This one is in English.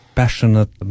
passionate